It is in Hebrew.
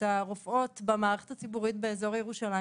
הרופאות במערכת הציבורית באזור ירושלים,